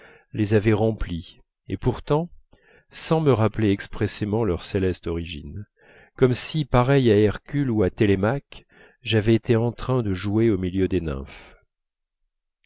les avait remplis et pourtant sans me rappeler expressément leur céleste origine comme si pareil à hercule ou à télémaque j'avais été en train de jouer au milieu des